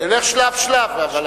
נלך שלב-שלב.